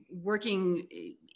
working